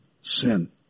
sin